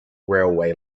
railway